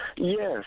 Yes